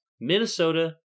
Minnesota